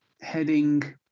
heading